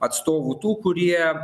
atstovų tų kurie